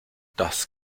das